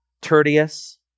Tertius